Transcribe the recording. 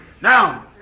Now